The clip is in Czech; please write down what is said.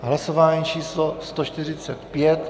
Hlasování číslo 145.